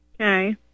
Okay